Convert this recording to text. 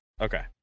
Okay